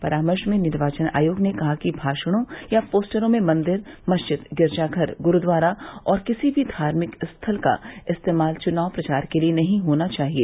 परामर्श में निर्वाचन आयोग ने कहा कि भाषणों या पोस्टरों में मंदिर मस्जिद गिरजाघर गुरूद्वारा और किसी भी धार्मिक स्थल का इस्तेमाल चुनाव प्रचार के लिए नहीं होना चाहिए